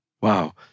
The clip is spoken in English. Wow